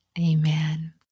Amen